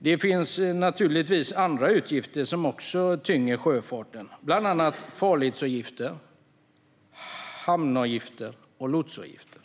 Det finns naturligtvis andra utgifter som också tynger sjöfarten, bland annat farledsavgifter, hamnavgifter och lotsavgifter.